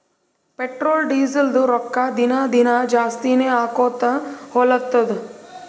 petrol, ಡೀಸೆಲ್ದು ರೊಕ್ಕಾ ದಿನಾ ದಿನಾ ಜಾಸ್ತಿನೇ ಆಕೊತ್ತು ಹೊಲತ್ತುದ್